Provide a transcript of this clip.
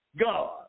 God